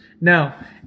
Now